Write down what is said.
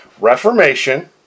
Reformation